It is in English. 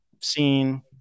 seen